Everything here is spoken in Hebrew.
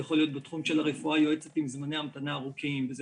זה יכול להיות בתחום של הרפואה היועצת עם זמני המתנה ארוכים וזה